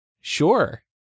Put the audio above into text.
Sure